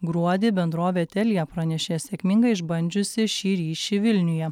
gruodį bendrovė telia pranešė sėkmingai išbandžiusi šį ryšį vilniuje